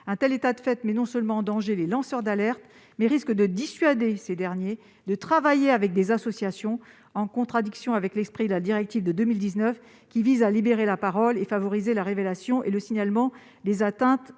Un tel état de fait met non seulement en danger les lanceurs d'alerte, mais risque de les dissuader de travailler avec des associations, en contradiction avec l'esprit de la directive européenne de 2019 qui vise à libérer la parole et favoriser la révélation et le signalement des atteintes